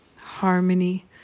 harmony